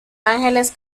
ángeles